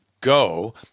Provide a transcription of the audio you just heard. go